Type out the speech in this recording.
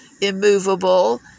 immovable